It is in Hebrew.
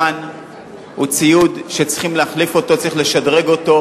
הוא ציוד שצריכים להחליף אותו, צריכים לשדרג אותו,